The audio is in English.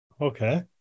Okay